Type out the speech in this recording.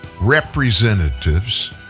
representatives